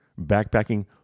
backpacking